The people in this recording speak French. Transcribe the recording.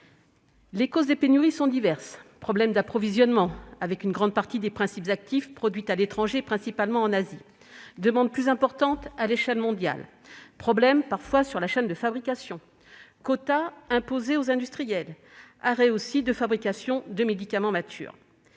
Les causes de ces pénuries sont diverses : problèmes d'approvisionnement- une grande partie des principes actifs sont produits à l'étranger, principalement en Asie -, demande plus importante à l'échelle mondiale, problèmes sur la chaîne de fabrication, quotas imposés aux industriels, arrêt de la fabrication de médicaments matures.